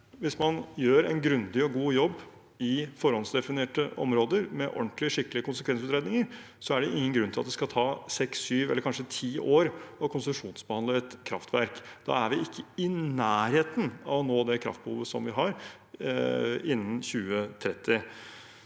Hvis man gjør en grundig og god jobb i forhåndsdefinerte områder, med ordentlige og skikkelige konsekvensutredninger, er det ingen grunn til at det skal ta seks, syv eller kanskje ti år å konsesjonsbehandle et kraftverk. Da er vi ikke i nærheten av å dekke det kraftbehovet vi har, innen 2030.